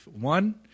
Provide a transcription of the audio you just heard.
one